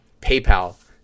PayPal